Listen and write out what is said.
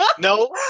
No